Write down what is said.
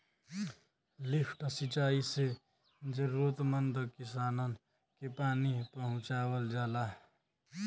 lift सिंचाई से जरूरतमंद किसानन के पानी पहुंचावल जाला